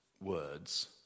words